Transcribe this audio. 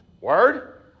Word